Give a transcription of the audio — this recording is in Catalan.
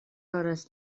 hores